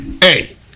hey